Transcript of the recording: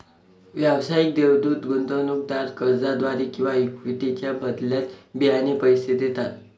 व्यावसायिक देवदूत गुंतवणूकदार कर्जाद्वारे किंवा इक्विटीच्या बदल्यात बियाणे पैसे देतात